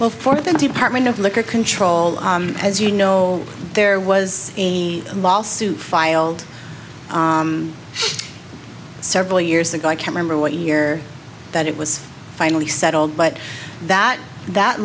well for the department of liquor control as you know there was a lawsuit filed several years ago i can remember what year that it was finally settled but that that